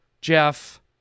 Jeff